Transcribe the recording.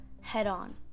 head-on